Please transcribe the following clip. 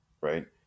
right